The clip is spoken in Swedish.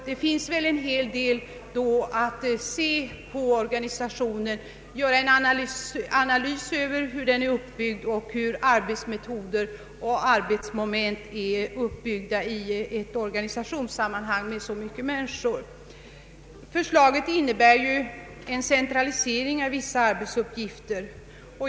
Det finns väl då anledning att se på organisationen, göra en analys av hur den är uppbyggd och hur arbetsmetoder och arbetsmoment är ordnade i ett organisationssammanhang med så mycket människor. Förslaget innebär en centralisering av vissa arbetsuppgifter.